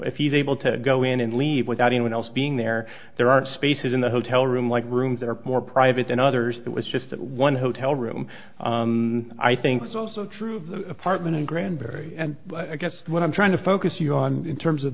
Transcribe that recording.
if he's able to go in and leave without anyone else being there there are spaces in the hotel room like rooms that are more private than others that was just one hotel room i think that's also true of the apartment in granbury and i guess what i'm trying to focus you on in terms of